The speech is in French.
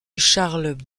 charles